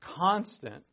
constant